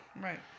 Right